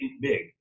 big